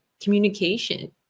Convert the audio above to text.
communication